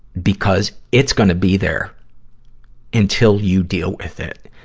because it's gonna be there until you deal with it.